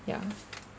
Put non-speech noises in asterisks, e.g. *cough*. ya *noise*